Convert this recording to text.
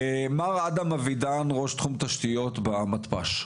מר אדם אבידן, ראש תחום תשתיות במתפ"ש,